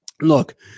Look